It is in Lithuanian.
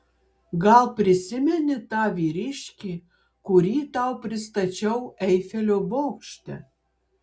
gal prisimeni tą vyriškį kurį tau pristačiau eifelio bokšte